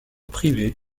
privé